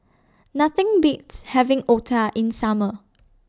Nothing Beats having Otah in Summer